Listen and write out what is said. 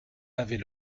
avait